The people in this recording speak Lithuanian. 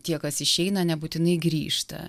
tie kas išeina nebūtinai grįžta